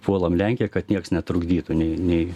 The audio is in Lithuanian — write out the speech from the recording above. puolam lenkiją kad nieks netrukdytų nei nei